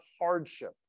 hardship